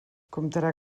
comptarà